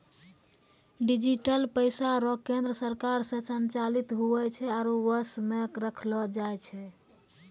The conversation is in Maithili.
डिजिटल पैसा रो केन्द्र सरकार से संचालित हुवै छै आरु वश मे रखलो जाय छै